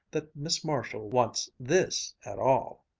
that miss marshall wants this at all.